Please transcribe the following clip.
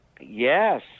Yes